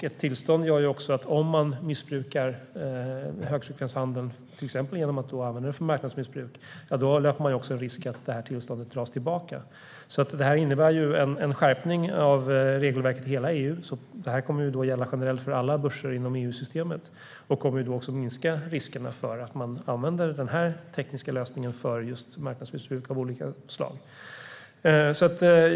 Ett tillstånd gör också att om man missbrukar högfrekvenshandeln löper man också en risk att tillståndet dras tillbaka. Det här innebär alltså en skärpning av regelverket i hela EU och kommer att gälla generellt för alla börser inom EU-systemet och minska riskerna att man använder den här tekniska lösningen för marknadsmissbruk av olika slag.